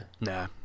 Nah